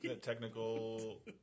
technical